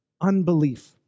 unbelief